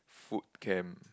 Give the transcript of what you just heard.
food camp